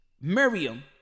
Miriam